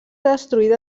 destruïda